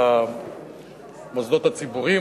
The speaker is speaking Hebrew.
למוסדות הציבוריים,